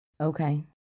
Okay